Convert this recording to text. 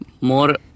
more